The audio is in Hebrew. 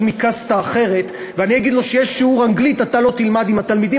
מקסטה אחרת ואני אגיד לו: כשיש שיעור אנגלית אתה לא תלמד עם התלמידים,